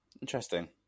Interesting